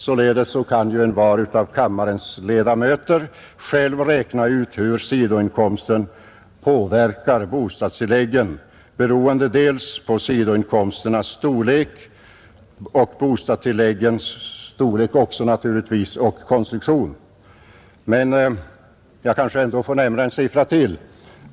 Således kan envar av kammarens ledamöter själv räkna ut hur sidoinkomsten påverkar bostadstillägget, beroende dels på sidoinkomstens storlek, dels på bostadstilläggets storlek och konstruktion, Men jag kanske ändå får nämna en siffra till.